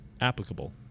applicable